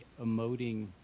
emoting